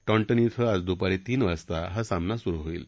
Taunton Deane आज दुपारी तीन वाजता हा सामना सुरु होईल